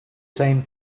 same